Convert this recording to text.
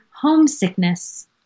Homesickness